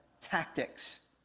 tactics